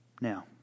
Now